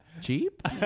Cheap